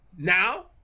Now